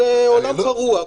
זה עולם פרוע.